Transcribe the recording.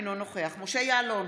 אינו נוכח משה יעלון,